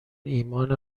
ایمان